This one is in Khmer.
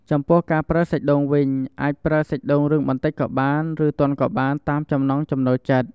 ចំពោះការប្រើសាច់ដូងវិញ អាចប្រើសាច់ដូងរឹងបន្តិចក៏បាន ឬទន់ក៏បានតាមចំណង់ចំណូលចិត្ត។